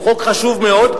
הוא חוק חשוב מאוד,